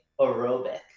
aerobic